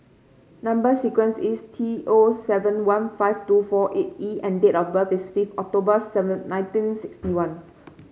number sequence is T O seven one five two four eight E and date of birth is fifth October seven nineteen sixty one